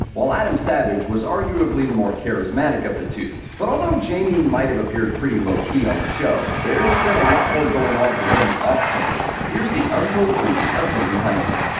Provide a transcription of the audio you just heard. while adam savage was arguably the more charismatic of the two. but although jamie might have appeared pretty low-key on the show, there's been a lot more going on for him, off-camera. here's the untold truth of jamie hyneman.